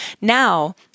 Now